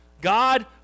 God